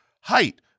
height